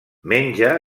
menja